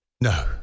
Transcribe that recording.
no